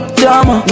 drama